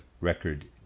record